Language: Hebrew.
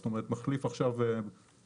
זאת אומרת מחליף עכשיו מפעל,